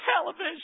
television